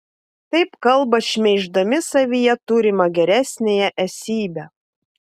taip kalba šmeiždami savyje turimą geresniąją esybę